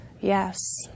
yes